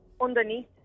Underneath